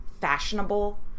fashionable